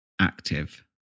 active